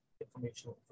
information